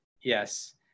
yes